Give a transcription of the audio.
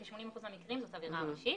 כ-80% מהמקרים זה עבירה ראשית.